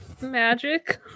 magic